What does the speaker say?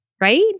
right